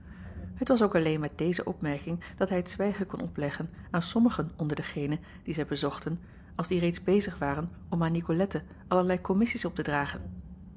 et was ook alleen met deze opmerking dat hij t zwijgen kon opleggen aan sommigen onder degene die zij bezochten als die reeds bezig waren om aan icolette allerlei kommissies op te dragen